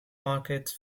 markets